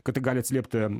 kad tai gali atsiliepti